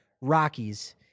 Rockies